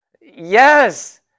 Yes